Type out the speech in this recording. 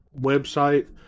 website